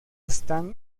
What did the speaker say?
están